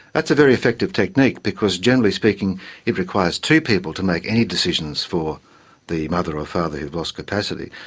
that's a very effective technique because generally speaking it requires two people to make any decisions for the mother or father who have lost capacity,